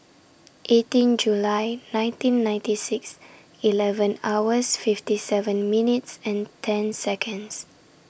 eighteen July nineteen ninety six eleven hours fifty seven minutes and ten secomds